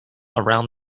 around